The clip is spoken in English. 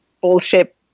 bullshit